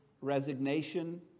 resignation